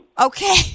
Okay